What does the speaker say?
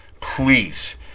Please